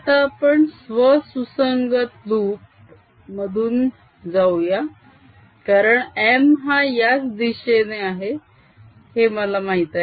आता आपण स्व सुसंगत लूप मधून जाऊया कारण M हा याच दिशे आहे हे मला माहित आहे